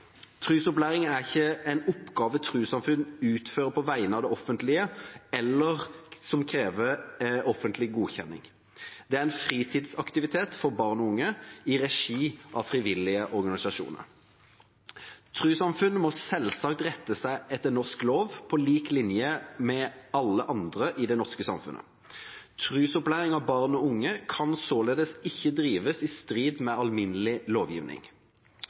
er ikke en oppgave trossamfunn utfører på vegne av det offentlige, eller som krever offentlig godkjennelse. Det er en fritidsaktivitet for barn og unge i regi av frivillige organisasjoner. Trossamfunn må selvsagt rette seg etter norsk lov, på lik linje med alle andre i det norske samfunnet. Trosopplæring av barn og unge kan således ikke drives i strid med alminnelig lovgivning.